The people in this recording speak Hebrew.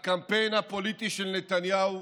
הקמפיין הפוליטי של נתניהו